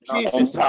Jesus